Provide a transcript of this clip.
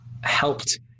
helped